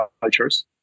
cultures